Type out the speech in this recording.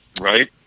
Right